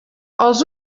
els